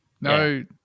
No